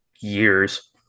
years